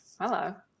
hello